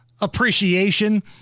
appreciation